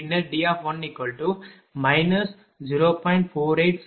பின்னர் D1 0